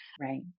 right